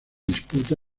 disputa